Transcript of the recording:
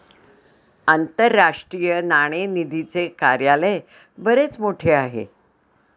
आंतरराष्ट्रीय नाणेनिधीचे कार्यालय बरेच मोठे आहे